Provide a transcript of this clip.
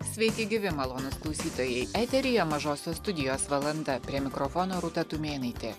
sveiki gyvi malonūs klausytojai eteryje mažosios studijos valanda prie mikrofono rūta tumėnaitė